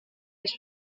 els